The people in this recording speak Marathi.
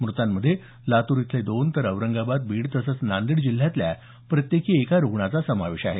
म्रतांमध्ये लातूर इथले दोन तर औरंगाबाद बीड तसंच नांदेड जिल्ह्यातल्या प्रत्येकी एका रुग्णाचा समावेश आहे